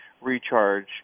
recharge